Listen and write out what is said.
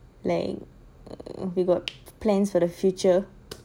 like we got plans for the future